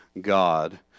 God